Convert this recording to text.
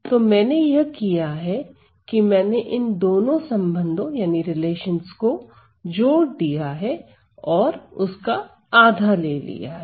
तो मैंने यह किया है कि मैंने इन दोनों संबंधों को जोड़ दिया है और उसका आधा ले लिया है